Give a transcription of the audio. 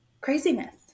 craziness